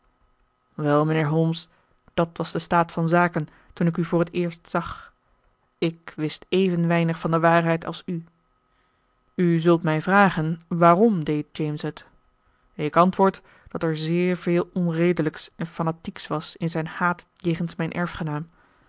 wel mijnheer holmes dat was de staat van zaken toen ik u voor het eerst zag ik wist even weinig van de waarheid als u u zult mij vragen waarom deed james het ik antwoord dat er zeer veel onredelijks en fanatieks was in zijn haat jegens mijn